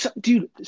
dude